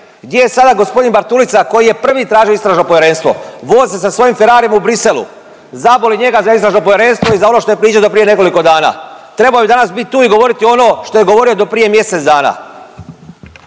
Gdje je sada gospodin Bartulica koji je prvi tražio istražno povjerenstvo? Voza se sa svojim Ferrarijem u Bruxellesu, zaboli njega za istražno povjerenstvo i za ono što je pričao do prije nekoliko dana. Trebao je danas biti tu i govoriti ono što je govorio do prije mjesec dana.